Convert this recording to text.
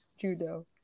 Judo